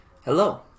Hello